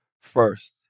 first